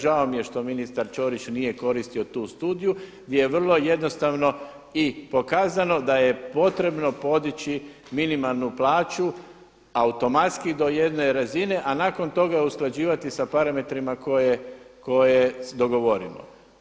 Žao mi je što ministar Ćorić nije koristio tu studiju gdje je vrlo jednostavno i pokazano da je potrebno podići minimalnu plaću automatski do jedne razine, a nakon toga usklađivati sa parametrima koje dogovorimo.